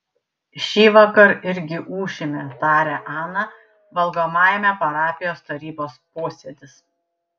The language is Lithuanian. šįvakar irgi ūšime tarė ana valgomajame parapijos tarybos posėdis